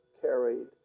carried